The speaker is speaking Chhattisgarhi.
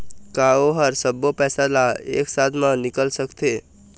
का ओ हर सब्बो पैसा ला एक साथ म निकल सकथे?